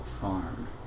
farm